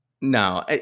no